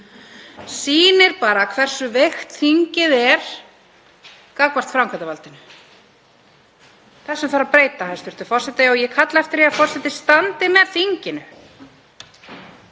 sýnir bara hversu veikt þingið er gagnvart framkvæmdarvaldinu. Þessu þarf að breyta, hæstv. forseti. Ég kalla eftir því að forseti standi með þinginu.